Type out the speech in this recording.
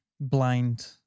blind